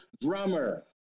drummer